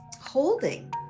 holding